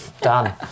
Done